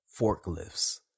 forklifts